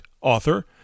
author